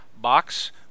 box